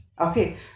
Okay